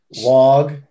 log